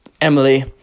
Emily